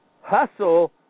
Hustle